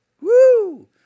Woo